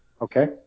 Okay